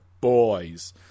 boys